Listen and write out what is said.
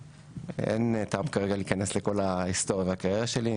אין טעם כרגע להיכנס לכל ההיסטוריה והקריירה שלי,